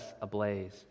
ablaze